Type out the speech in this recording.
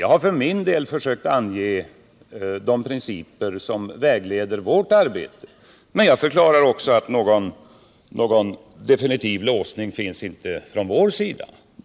Jag har för min del försökt ange de principer som vägleder arbetet i centern. Men någon definitiv låsning finns inte från vår sida.